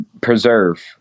preserve